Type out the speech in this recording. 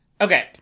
Okay